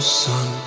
sun